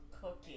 Cookie